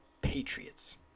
Patriots